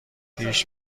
پیش